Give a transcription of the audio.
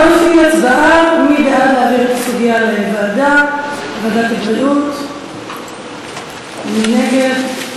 בואו נפעיל הצבעה מי בעד להעביר את הסוגיה לוועדת הבריאות ומי נגד.